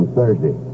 Thursday